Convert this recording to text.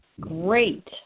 great